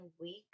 week